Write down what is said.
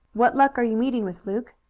what luck are you meeting with, luke?